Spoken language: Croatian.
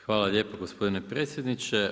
Hvala lijepo gospodine predsjedniče.